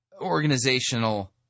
organizational